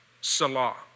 Salah